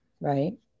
right